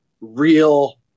real